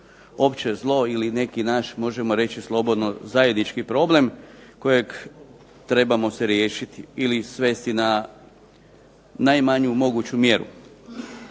opće zlo ili neki naš možemo reći slobodno zajednički problem, kojeg trebamo se riješiti ili svesti na najmanju moguću mjeru.